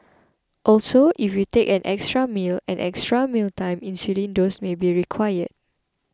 also if you take an extra meal an extra mealtime insulin dose may be required